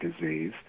disease